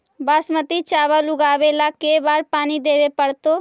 बासमती चावल उगावेला के बार पानी देवे पड़तै?